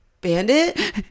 Bandit